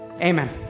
Amen